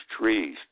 trees